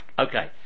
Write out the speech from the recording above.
Okay